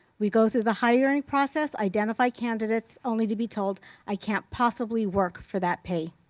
we go through the hiring process, identify candidates, only to be told i can't possibly work for that pay.